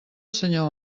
senyor